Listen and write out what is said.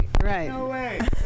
right